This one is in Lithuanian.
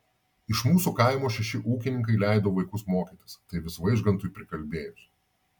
iš mūsų kaimo šeši ūkininkai leido vaikus mokytis tai vis vaižgantui prikalbėjus